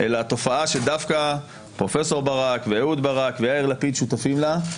אלא התופעה שדווקא פרופ' ברק ואהוד ברק ויאיר לפיד שותפים לה.